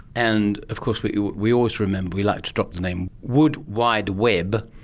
and of course we we always remember, we like to drop the name wood wide web,